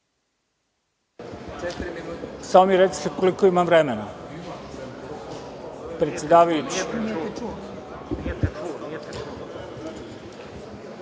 samo mi recite koliko imam vremena. Pošto